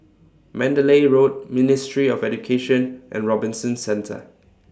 Mandalay Road Ministry of Education and Robinson Centre